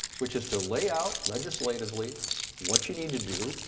which is to lay out legislatively what you need to do.